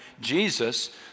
Jesus